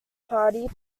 party